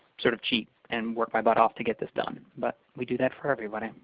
sort of cheap and work my butt off to get this done. but we do that for everybody.